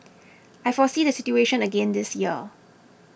I foresee the situation again this year